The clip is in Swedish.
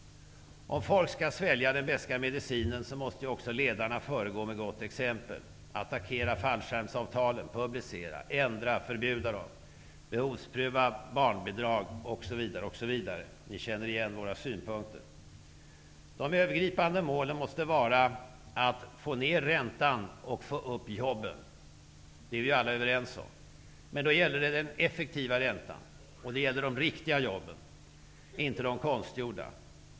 Om folk skall svälja den beska medicinen måste också ledarna föregå med gott exempel -- attackera fallskärmsavtalen, publicera, ändra och förbjuda dem, behovspröva barnbidrag, osv. Ni känner igen våra synpunkter. De övergripande målen måste vara att få ned räntan och att öka antalet jobb. Det är vi alla överens om. Men då gäller det den effektiva räntan, och det gäller de riktiga jobben, inte de konstgjorda.